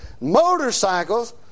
motorcycles